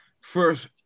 First